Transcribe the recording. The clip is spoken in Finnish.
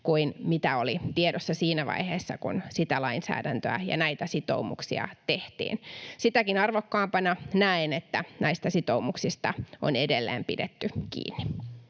kuin mitä oli tiedossa siinä vaiheessa, kun sitä lainsäädäntöä ja näitä sitoumuksia tehtiin. Sitäkin arvokkaampana näen, että näistä sitoumuksista on edelleen pidetty kiinni.